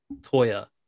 Toya